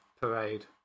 Parade